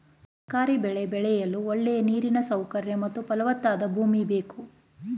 ತರಕಾರಿ ಬೆಳೆ ಬೆಳೆಯಲು ಒಳ್ಳೆಯ ನೀರಿನ ಸೌಕರ್ಯ ಮತ್ತು ಫಲವತ್ತಾದ ಭೂಮಿ ಬೇಕು